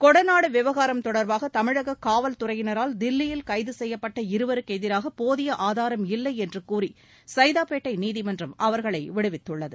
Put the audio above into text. கொடநாடு விவகாரம் தொடர்பாக தமிழக காவல்துறையினரால் தில்லியில் கைது செய்யப்பட்ட இருவருக்கு எதிராக போதிய ஆதாரம் இல்லை என்று கூறி சைதாப்பேட்டை நீதிமன்றம் அவர்களை விடுவித்துள்ளது